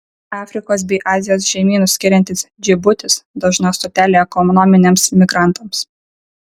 afrikos bei azijos žemynus skiriantis džibutis dažna stotelė ekonominiams migrantams